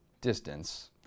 distance